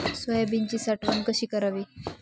सोयाबीनची साठवण कशी करावी?